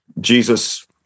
Jesus